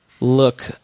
look